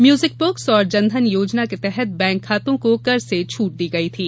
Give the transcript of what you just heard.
music books और जनधन योजना के तहत बैंक खातों को कर से छूट दी गई थी